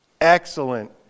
excellent